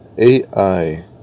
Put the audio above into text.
AI